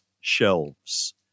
shelves